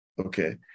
Okay